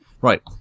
Right